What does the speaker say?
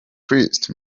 christ